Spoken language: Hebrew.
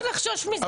לא צריך לחשוש מזה.